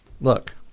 look